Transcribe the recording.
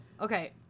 Okay